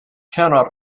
cannot